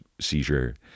seizure